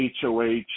HOH